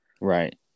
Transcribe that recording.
right